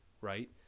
right